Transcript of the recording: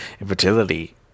infertility